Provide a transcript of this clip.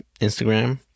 Instagram